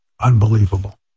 Unbelievable